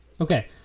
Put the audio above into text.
okay